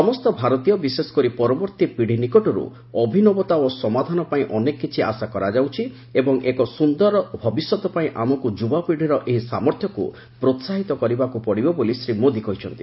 ସମସ୍ତ ଭାରତୀୟ ବିଶେଷକରି ପରବର୍ତ୍ତୀ ପିଢ଼ୀନିକଟରୁ ଅଭିନବତା ଓ ସମାଧାନ ପାଇଁ ଅନେକ କିଛି ଆଶା କରାଯାଉଛି ଏବଂ ଏକ ଅଧିକ ସୁନ୍ଦର ଭବିଷ୍ୟତ ପାଇଁ ଆମକୁ ଯୁବାପିଢ଼ୀର ଏହି ସାମର୍ଥ୍ୟକୁ ପ୍ରୋହାହିତ କରିବାକୁ ପଡିବ ବୋଲି ଶ୍ରୀ ମୋଦି କହିଛନ୍ତି